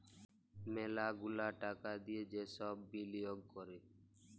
ম্যালা গুলা টাকা দিয়ে যে সব বিলিয়গ ক্যরে